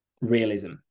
realism